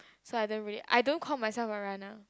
so I don't really I don't call myself a runner